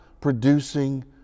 producing